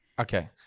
Okay